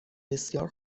بسیار